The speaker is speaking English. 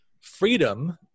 freedom